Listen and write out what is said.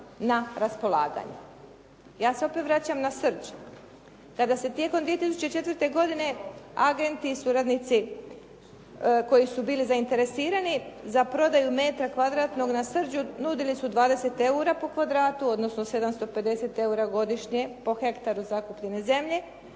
na raspolaganje. Ja se opet vraćam na Srđ. Kada se tijekom 2004. godine agenti i suradnici koji su bili zainteresirani za prodaju metra kvadratnog na Srđu, nudili su 20 eura po kvadratu, odnosno 750 eura godišnje po hektaru zakupljene zemlje.